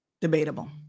debatable